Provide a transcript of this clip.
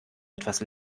etwas